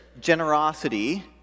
generosity